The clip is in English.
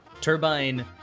Turbine